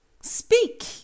speak